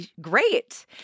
great